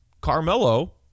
Carmelo